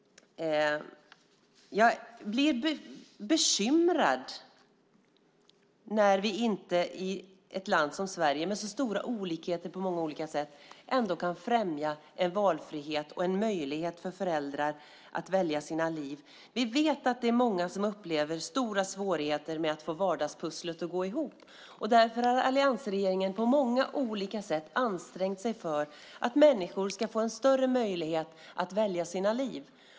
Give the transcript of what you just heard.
Jag blir bekymrad när vi inte i ett land som Sverige, med så stora olikheter på många olika sätt, kan främja en valfrihet och en möjlighet för föräldrar att välja sina liv. Vi vet att många upplever stora svårigheter med att få vardagspusslet att gå ihop. Därför har alliansregeringen på många olika sätt ansträngt sig för att människor ska få en större möjlighet att välja sina liv.